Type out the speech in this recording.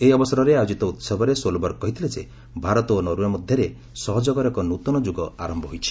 ଏହି ଅବସରରେ ଆୟୋକିତ ଉସବରେ ସୋଲବର୍ଗ କହିଥିଲେ ଯେ ଭାରତ ଓ ନରଓ୍ପେ ମଧ୍ୟରେ ସହଯୋଗର ଏକ ନୂତନ ଯୁଗ ଆରମ୍ଭ ହୋଇଛି